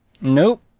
Nope